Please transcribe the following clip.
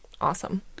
Awesome